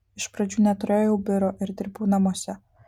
iš pradžių neturėjau biuro ir dirbau namuose